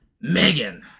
Megan